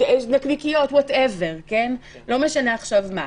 נקניקיות וכולי, לא משנה עכשיו מה.